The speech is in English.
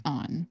on